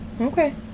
Okay